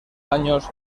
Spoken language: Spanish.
años